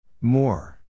More